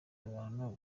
abantu